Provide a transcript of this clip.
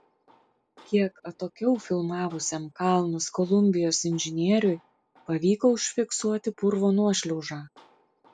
kiek atokiau filmavusiam kalnus kolumbijos inžinieriui pavyko užfiksuoti purvo nuošliaužą